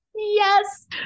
Yes